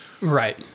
Right